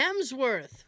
Hemsworth